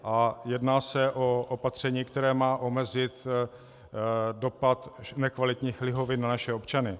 A jedná se o opatření, které má omezit dopad nekvalitních lihovin na naše občany.